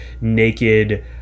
naked